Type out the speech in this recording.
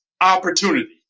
opportunity